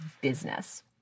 business